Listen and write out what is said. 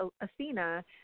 Athena